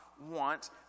want